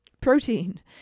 protein